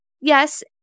Yes